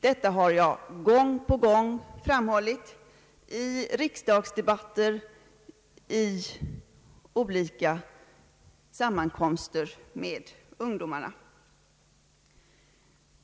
Detta har jag gång på gång framhållit i riksdagsdebatter och i olika sammankomster med ungdomarna.